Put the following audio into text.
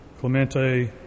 Clemente